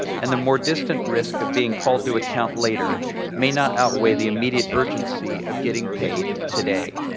and the more distant risk of being called to account later may not outweigh the immediate urgency of getting paid today.